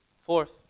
Fourth